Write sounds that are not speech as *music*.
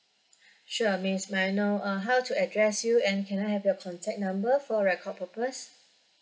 *breath* sure miss may I know uh how to address you and can I have your contact number for record purpose